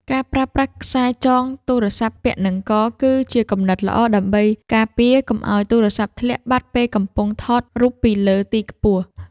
ការប្រើប្រាស់ខ្សែចងទូរស័ព្ទពាក់នឹងក គឺជាគំនិតល្អដើម្បីការពារកុំឱ្យទូរស័ព្ទធ្លាក់បាត់ពេលកំពុងថតរូបពីលើទីខ្ពស់។